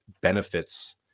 benefits